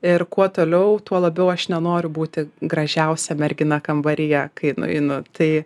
ir kuo toliau tuo labiau aš nenoriu būti gražiausia mergina kambaryje kai nueinu tai